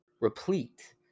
replete